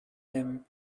him